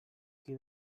qui